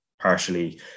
Partially